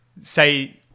say